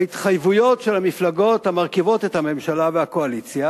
בהתחייבויות של המפלגות המרכיבות את הממשלה והקואליציה,